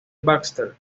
baxter